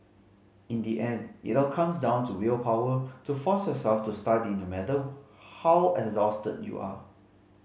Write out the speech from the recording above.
in the end it all comes down to willpower to force yourself to study no matter how exhausted you are